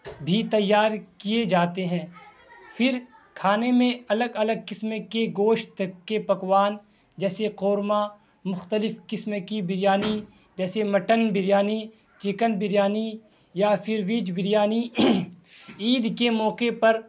بھی تیار کیے جاتے ہیں فر کھانے میں الگ الگ قسم کے گوشت کے پکوان جیسے قورمہ مختلف قسم کی بریانی جیسے mutton biryani chicken biryani یا پھر ویج بریانی عید کے موقعے پر